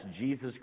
Jesus